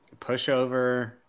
Pushover